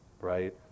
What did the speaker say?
Right